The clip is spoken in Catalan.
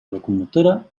locomotora